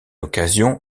occasion